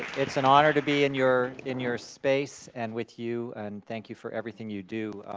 it's an honor to be in your in your space and with you, and thank you for everything you do.